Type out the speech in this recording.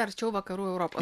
arčiau vakarų europoje